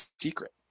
secret